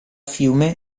fiume